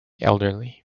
elderly